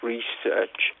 Research